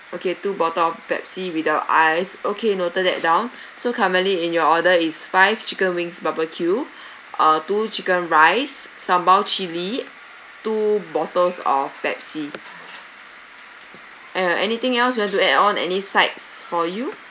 okay two bottle of pepsi without ice okay noted that down so currently in your order is five chicken wings barbecue uh two chicken rice sambal chilli two bottles of pepsi uh anything else you want to add on any sides for you